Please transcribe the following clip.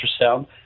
ultrasound